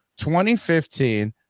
2015